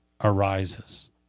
arises